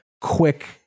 quick